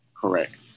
Correct